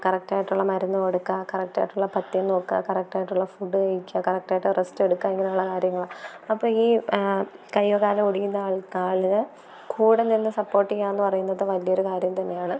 കറക്റ്റായിട്ടുള്ള മരുന്ന് കൊടുക്കുക കറക്റ്റായിട്ടുള്ള പഥ്യം നോക്കുക കറക്റ്റായിട്ടുള്ള ഫുഡ് കഴിക്കുക കറക്റ്റായിട്ട് റെസ്റ്റ് എടുക്കുക ഇങ്ങനെ ഉള്ള കാര്യങ്ങളാണ് അപ്പം ഈ കയ്യോ കാലോ ഒടിയുന്ന ആള് കാലിന് കൂടെ നിന്ന് സപ്പോര്ട്ട് ചെയ്യുക എന്ന് പറയുന്നത് വലിയൊരു കാര്യം തന്നെയാണ്